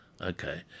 Okay